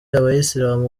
abayisilamu